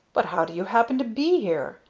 but how do you happen to be here?